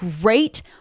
great